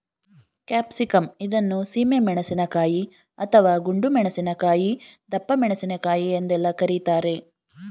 capsicum ಇದನ್ನು ಸೀಮೆ ಮೆಣಸಿನಕಾಯಿ, ಅಥವಾ ಗುಂಡು ಮೆಣಸಿನಕಾಯಿ, ದಪ್ಪಮೆಣಸಿನಕಾಯಿ ಎಂದೆಲ್ಲ ಕರಿತಾರೆ